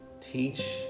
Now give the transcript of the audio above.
Teach